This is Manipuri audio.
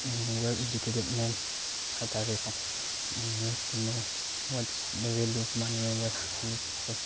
ꯋꯦꯜ ꯏꯗꯨꯀꯦꯇꯦꯠ ꯃꯦꯟ ꯍꯥꯏꯇꯥꯔꯦꯀꯣ you help to know what's the value of money and what's you help to